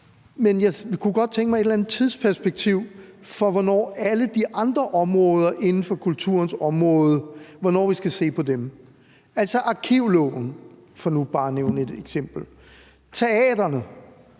Men jeg kunne godt tænke mig et eller andet tidsperspektiv for, hvornår vi skal se på alle de andre områder inden for kulturens område, altså arkivloven, for nu bare at nævne et eksempel, og teatrene,